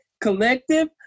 Collective